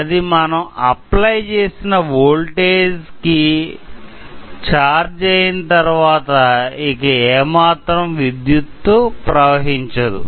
అది మనం అప్లై చేసిన ఓల్టేజ్ కి ఛార్జ్ అయిన తరువాత ఇక ఏమాత్రం విద్యుత్ ప్రవహించదు